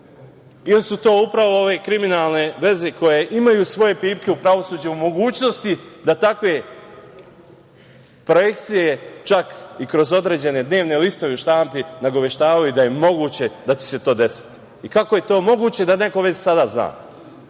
ili su to upravo ove kriminalne veze koje imaju svoje pipke u pravosuđu u mogućnosti da takve projekcije čak i kroz određene dnevne listo u štampi nagoveštavali da je moguće da će se to desiti? Kako je to moguće da neko već sada zna? Da